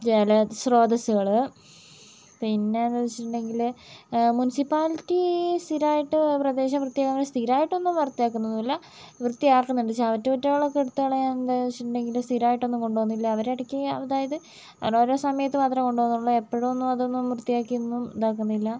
ജലസ്രോതസ്സുകൾ പിന്നെയെന്നു വച്ചിട്ടുണ്ടെങ്കിൽ മുൻസിപ്പാലിറ്റി സ്ഥിരമായിട്ട് പ്രദേശം വൃത്തിയാക്കൽ സ്ഥിരമായിട്ടൊന്നും വൃത്തിയാക്കുന്നൊന്നുമില്ല വൃത്തിയാക്കുന്നുണ്ട് ചവറ്റുകൊട്ടകളൊക്കെ എടുത്ത് കളയാൻ എന്നു വച്ചിട്ടുണ്ടെങ്കിൽ സ്ഥിരമായിട്ടൊന്നും കൊണ്ടു പോകുന്നില്ല അവർ ഇടയ്ക്ക് അതായത് അവർ ഓരോ സമയത്ത് മാത്രമേ കൊണ്ടുപോകുന്നുള്ളൂ എപ്പോഴൊന്നും അതൊന്നും വൃത്തിയാക്കിയൊന്നും ഇതാക്കുന്നില്ല